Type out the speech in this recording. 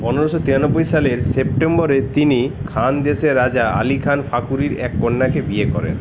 পনেরোশো তিরানব্বই সালের সেপ্টেম্বরে তিনি খানদেশের রাজা আলি খান ফাকুরির এক কন্যাকে বিয়ে করেন